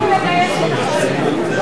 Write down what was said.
אני מגיעה כדי שתספיקו לגייס את הקואליציה.